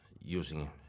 using